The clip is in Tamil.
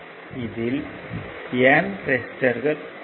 இதில் N ரெசிஸ்டர்கள் உள்ளது